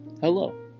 Hello